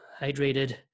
hydrated